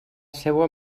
seua